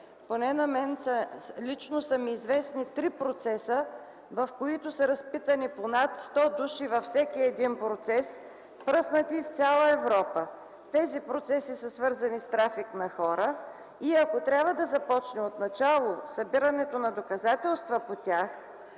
поне на мен лично са ми известни три процеса, в които са разпитани по над 100 души във всеки един процес, пръснати в цяла Европа. Тези процеси са свързани с трафик на хора и ако трябва да се започне отначало събирането на доказателства по тях,